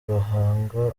bahanga